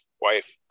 wife